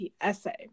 essay